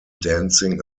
dancing